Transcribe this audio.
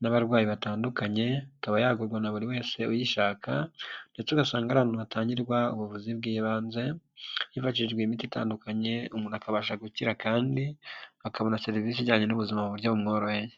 n'abarwayi batandukanye ikaba yagurwa na buri wese uyishaka ndetse ugasanga ari ahantu hatangirwa ubuvuzi bw'ibanze hifashishijwe imiti itandukanye umuntu akabasha gukira kandi akabona serivisi ijyanye n'ubuzima mu buryo bumworoheye.